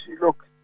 look